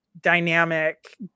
dynamic